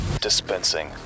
dispensing